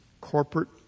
corporate